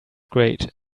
great